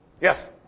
Yes